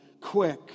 quick